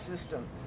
system